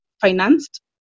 financed